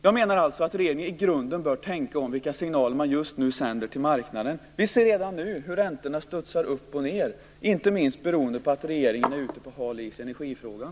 Jag menar att regeringen i grunden bör tänka om när det gäller vilka signaler man just nu sänder till marknaden. Vi ser redan nu hur räntorna studsar upp och ned, inte minst beroende på att regeringen är ute på hal is i energifrågan.